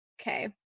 okay